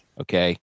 okay